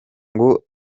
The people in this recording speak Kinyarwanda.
ngo